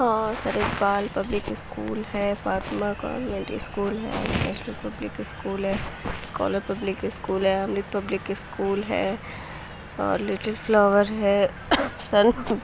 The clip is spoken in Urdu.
اور سر اقبال پبلک اسکول ہے فاطمہ کانوینٹنٹ اسکول ہے نیشنل پبلک اسکول ہے اسکالر پبلک اسکول ہے امرت پبلک اسکول ہے اور لٹل فلوور ہے سن